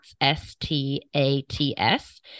S-T-A-T-S